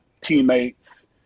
teammates